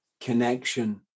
connection